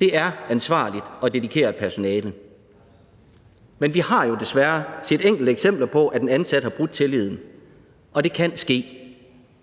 Det er et ansvarligt og dedikeret personale. Men vi har jo desværre set enkelte eksempler på, at en ansat har brudt tilliden. Det kan ske,